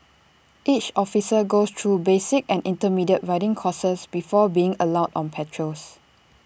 each officer goes through basic and intermediate riding courses before being allowed on patrols